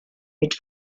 mit